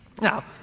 Now